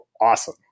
awesome